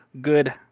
good